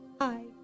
Hi